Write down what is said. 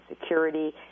security